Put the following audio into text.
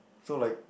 so like